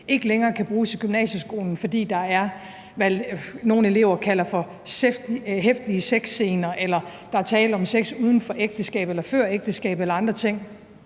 ikke længere kan bruges i gymnasieskolen, fordi der er, hvad nogle elever kalder for heftige sexscener, eller der er tale om sex uden for ægteskabet eller før ægteskabet eller andre ting,